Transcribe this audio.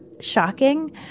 shocking